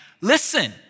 listen